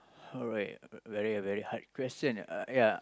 alright very a very hard question uh ya